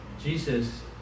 Jesus